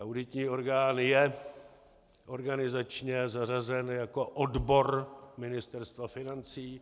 Auditní orgán je organizačně zařazen jako odbor Ministerstva financí.